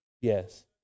Yes